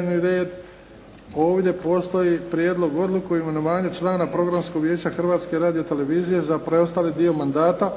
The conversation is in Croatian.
(HDZ)** Ovdje postoji prijedlog odluke o imenovanju člana programskog vijeća Hrvatske radio televizije za preostali dio mandata,